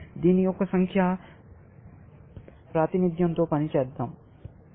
దీని యొక్క సంఖ్యా ప్రాతినిధ్యంతో పని చేద్దాం